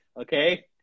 Okay